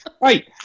Right